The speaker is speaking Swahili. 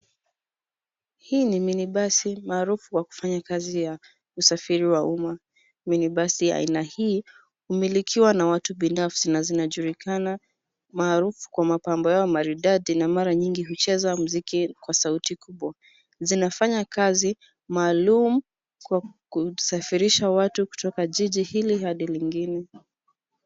Hii ni minibus maarufu ya kufanya kazi ya usafiri wa umma. Minibus ya aina hii, humilikiwa na watu binafsi na zinajulikana maarufu kwa mapambo yao maridadi na mara nyingi hucheza muziki kwa sauti kubwa. Zina fanya kazi maalum kwa kusafirisha watu, kutoka jiji hili hadi lingine.